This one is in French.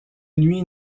nuit